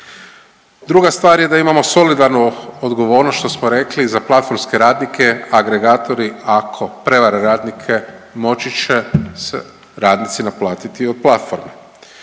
Druga stvar je da imamo solidarnu odgovornost, što som rekli, za platformske radnike, agregatori ako prevare radnike moći će se radnici naplatiti od platforme.